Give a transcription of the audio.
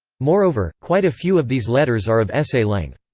moreover, quite a few of these letters are of essay length.